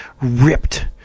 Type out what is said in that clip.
ripped